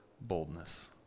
boldness